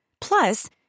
Plus